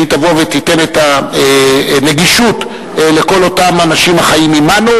שהיא תבוא ותיתן את הנגישות לכל אותם אנשים החיים עמנו